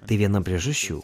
tai viena priežasčių